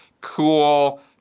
cool